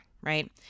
right